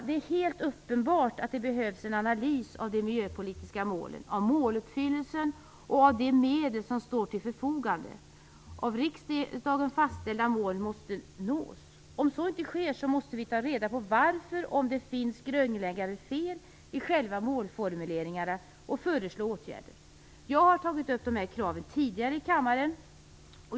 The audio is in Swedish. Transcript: Det är helt uppenbart att det behövs en analys av de miljöpolitiska målen, måluppfyllelsen och de medel som står till förfogande. Av riksdagen fastställda mål måste nås. Om så inte sker måste vi ta reda på varför och om det finns grundläggande fel i själva målformuleringarna, och vi måste föreslå åtgärder. Jag har tagit upp de här kraven tidigare i kammaren.